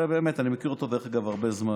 באמת, אני מכיר אותו, דרך אגב, המון זמן,